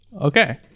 Okay